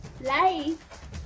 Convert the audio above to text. life